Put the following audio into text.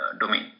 domain